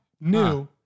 new